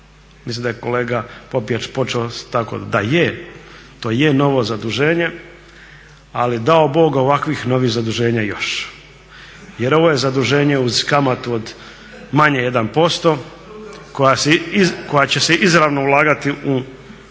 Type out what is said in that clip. Mislim da je kolega Popijač počeo tako da je, to i je novo zaduženje, ali dao Bog ovakvih novih zaduženja još. Jer ovo je zaduženje uz kamatu od manje 1%, koja će se izravno ulagati u